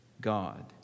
God